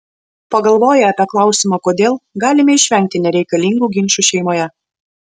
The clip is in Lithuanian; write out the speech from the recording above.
pagalvoję apie klausimą kodėl galime išvengti nereikalingų ginčų šeimoje